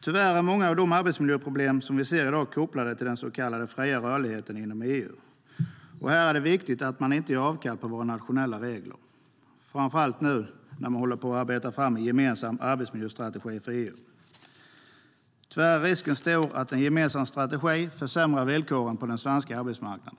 Tyvärr är många av de arbetsmiljöproblem vi ser i dag kopplade till den så kallade fria rörligheten inom EU. Här är det viktigt att inte göra avkall på våra nationella regler, framför allt nu när man håller på att arbeta fram en gemensam arbetsmiljöstrategi för EU. Tyvärr är risken stor att en gemensam strategi försämrar villkoren på den svenska arbetsmarknaden.